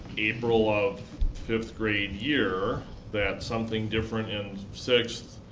april of fifth grade year that something different in sixth